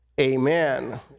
Amen